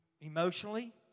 emotionally